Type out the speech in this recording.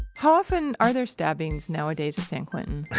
how often are there stabbings nowadays at san quentin?